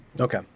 Okay